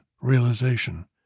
realization